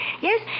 Yes